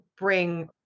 bring